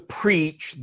preach